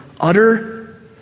utter